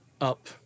up